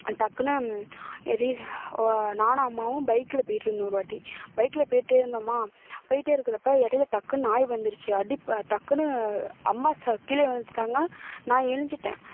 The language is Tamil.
டக்குன்னு ரீ நானும் அம்மாவும் பைக்கில் போயிட்டிருந்தோம் ஒருவாட்டி பைக்கில் போயிட்டே இருந்தோமா போயிட்டே இருக்கிறப்ப இடையில டக்குன்னு நாய் வந்துருச்சு அடிப்பட் டக்குன்னு அம்மா ச கீழேயே விழுந்துட்டாங்க நான் எழுஞ்சிட்டேன்